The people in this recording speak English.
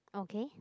okay